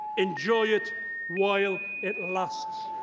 enjoy it while it lasts.